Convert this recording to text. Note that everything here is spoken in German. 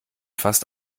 fast